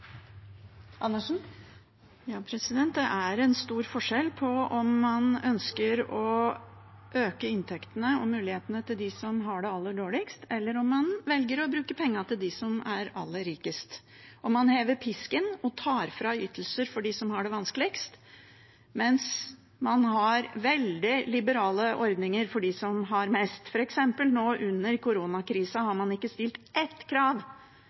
Det er en stor forskjell på om man ønsker å øke inntektene og mulighetene til dem som har det aller dårligst, eller om man velger å bruke pengene på dem som er aller rikest. Man hever pisken og tar ytelser fra dem som har det vanskeligst, mens man har veldig liberale ordninger for dem som har mest. Under koronakrisen har man f.eks. ikke stilt ett krav